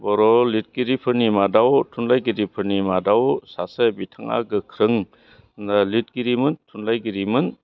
बर' लिरगिरिफोरनि मादाव थुनलाइगिरिफोरनि मादाव सासे बिथाङा गोख्रों लिरगिरिमोन थुनलाइगिरिमोन